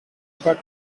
but